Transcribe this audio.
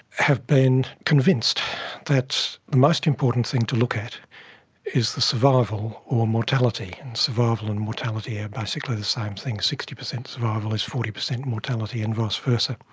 have been convinced most important thing to look at is the survival or mortality, and survival and mortality are basically the same thing, sixty percent survival is forty percent mortality and vice versa,